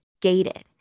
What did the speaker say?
gated